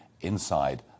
inside